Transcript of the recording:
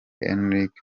enrique